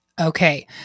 Okay